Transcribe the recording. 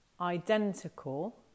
identical